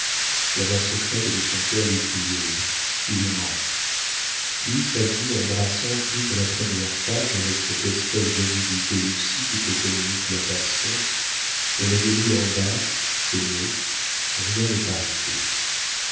la voix secrète de son cœur lui criait il ment puis sa vue embrassant toute la première page avec cette espèce d'avidité lucide que communique la passion elle avait lu en bas ces mots rien n'est arrêté